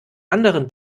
anderen